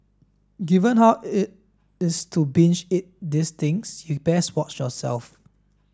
given how easy it's to binge eat these things you best watch yourself